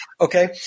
Okay